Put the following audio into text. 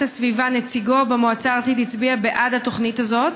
הסביבה במועצה הארצית הצביע בעד התוכנית הזאת